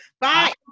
Bye